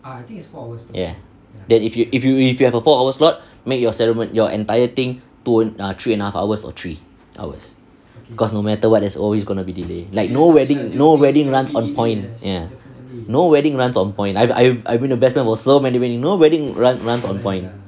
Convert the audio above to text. ya then if you if you if you have a four hour slot make your cere~ your entire thing three and half hours or three hours because no matter what there is always going to be delay like no wedding no wedding runs on point ya no wedding runs on point I've I've I've been a best man for so many wedding no wedding run runs on point